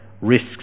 risks